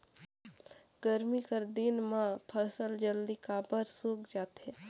गरमी कर दिन म फसल जल्दी काबर सूख जाथे?